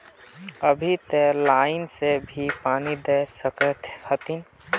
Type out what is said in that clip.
अभी ते लाइन से भी पानी दा सके हथीन?